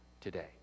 today